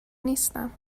نیستم